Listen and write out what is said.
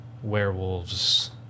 werewolves